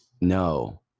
No